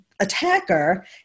attacker